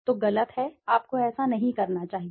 तो गलत है आपको ऐसा नहीं करना चाहिए